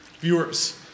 viewers